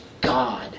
God